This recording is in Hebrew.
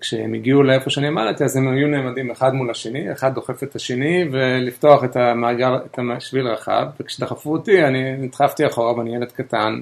כשהם הגיעו לאיפה שאני עמדתי, אז הם היו נעמדים אחד מול השני, אחד דוחף את השני, ולפתוח את המעגל, את השביל הרחב, וכשדחפו אותי, אני נדחפתי אחורה, ואני ילד קטן,